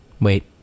Wait